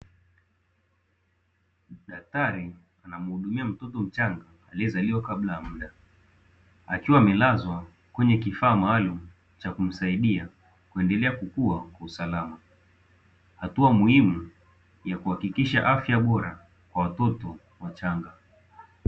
Daktari anamuhudumia mtoto mchanga aliyezaliwa kabla ya muda akiwa amelazwa kwenye kifaa maalumu cha kumsaidia kuendelea kukua kwa usalama. Hii ni hatua muhimu ya kuhakikisha afya bora kwa watoto wachanga.